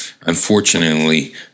Unfortunately